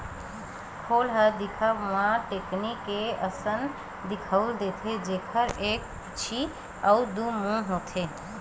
खोल ह दिखब म टेकनी के असन दिखउल देथे, जेखर एक पूछी अउ दू मुहूँ होथे